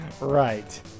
right